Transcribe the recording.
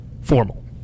formal